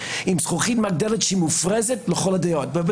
עם זכוכית מגדלת מופרזת לכל הדעות (כמו מדינת ישראל).